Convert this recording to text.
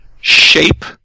shape